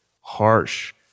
harsh